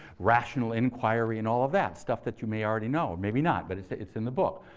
rational inquiry, and all of that, stuff that you may already know, maybe not. but it's ah it's in the book.